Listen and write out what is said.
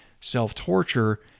self-torture